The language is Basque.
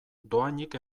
dohainik